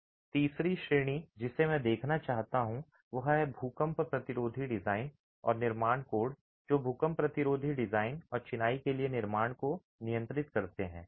तीसरी श्रेणी जिसे मैं देखना चाहता हूं वह है भूकंप प्रतिरोधी डिजाइन और निर्माण कोड जो भूकंप प्रतिरोधी डिजाइन और चिनाई के लिए निर्माण को नियंत्रित करते हैं